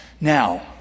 Now